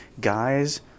guys